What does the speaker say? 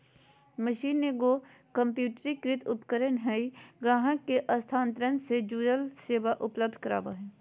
machine एगो कंप्यूटरीकृत उपकरण हइ ग्राहक के हस्तांतरण से जुड़ल सेवा उपलब्ध कराबा हइ